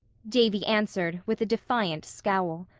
davy answered with a defiant scowl.